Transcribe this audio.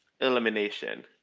elimination